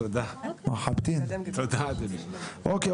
אוקי,